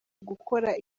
gukora